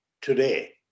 today